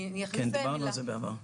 דיברנו על זה בעבר.